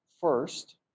first